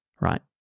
right